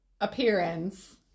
appearance